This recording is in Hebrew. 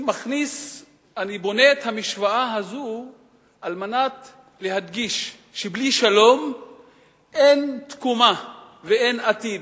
אני בונה את המשוואה הזאת על מנת להדגיש שבלי שלום אין תקומה ואין עתיד,